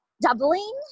doubling